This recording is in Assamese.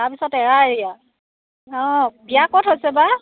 তাৰপিছত এৰা এৰি আৰু অঁ বিয়া ক'ত হৈছে বা